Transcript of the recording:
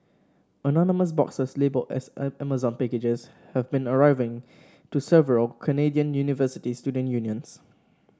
anonymous boxes labelled as Amazon packages have been arriving to several Canadian university student unions